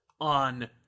on